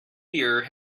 beer